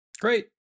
Great